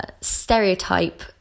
stereotype